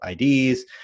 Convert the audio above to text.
IDs